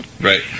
Right